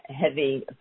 heavy